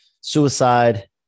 suicide